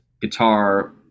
guitar